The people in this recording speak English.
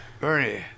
Bernie